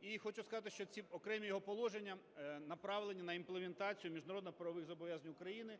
І хочу сказати, що ці окремі його положення направлені на імплементацію міжнародно-правових зобов'язань України